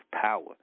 power